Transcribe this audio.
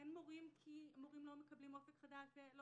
אין מורים כי המורים לא מקבלים "אופק חדש" ולא